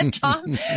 Tom